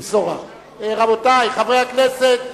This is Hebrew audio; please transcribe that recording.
רבותי חברי הכנסת,